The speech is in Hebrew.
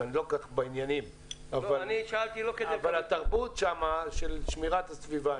אז אני לא כל-כך בעניינים אבל התרבות שם של שמירת הסביבה,